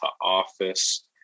office